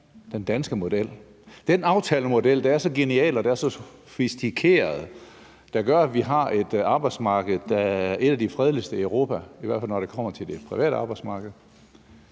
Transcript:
den danske model. Det er den aftalemodel, der er så genial og så sufistikeret, at den gør, at vi har et arbejdsmarked, der er et af de fredeligste i Europa, i hvert fald når det kommer til det private arbejdsmarked.